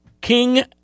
King